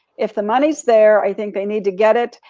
if the money's there, i think they need to get it,